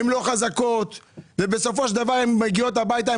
הן לא חזקות ובסופו של דבר הן מגיעות הביתה,